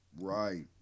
right